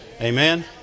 Amen